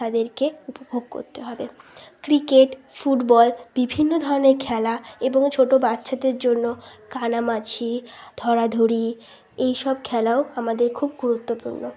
তাদেরকে উপভোগ কোত্তে হবে ক্রিকেট ফুটবল বিভিন্ন ধরনের খেলা এবং ছোটো বাচ্ছাদের জন্য কানামাছি ধরাধরি এই সব খেলাও আমাদের খুব গুরুত্বপূর্ণ